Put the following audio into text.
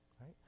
right